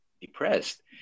depressed